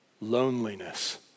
loneliness